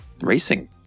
racing